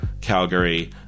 Calgary